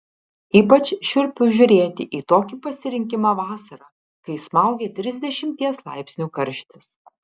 ypač šiurpiu žiūrėti į tokį pasirinkimą vasarą kai smaugia trisdešimties laipsnių karštis